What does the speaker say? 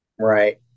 Right